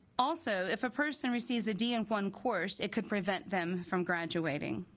also if a person receives a d in one course it could prevent them from graduating